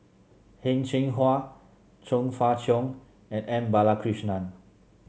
Hing Cheng Hwa Chong Fah Cheong and M Balakrishnan